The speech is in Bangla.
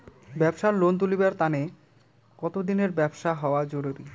ব্যাবসার লোন তুলিবার তানে কতদিনের ব্যবসা হওয়া জরুরি?